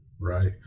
Right